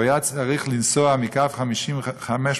הוא היה צריך לנסוע בקו 550,